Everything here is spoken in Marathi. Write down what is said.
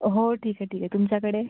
हो ठीक आहे ठीक आहे तुमच्याकडे